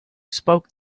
spoke